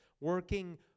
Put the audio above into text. Working